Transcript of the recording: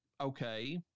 Okay